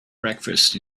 breakfast